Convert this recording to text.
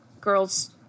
girl's